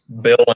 bill